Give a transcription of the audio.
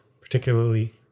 particularly